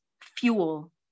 Fuel